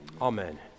Amen